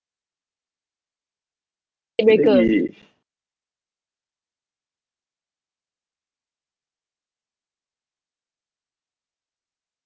oh my god